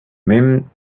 men